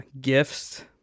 gifts